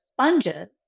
sponges